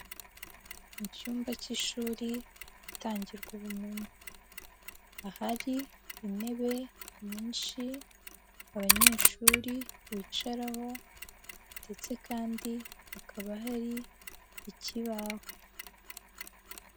Mu cyumba cy'ishuri ahatangirwa ubumenyi, ahari intebe nyinshi abanyeshuri bicaraho ndetse kandi hakaba hari ikibaho.